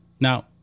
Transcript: now